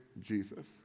Jesus